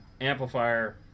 amplifier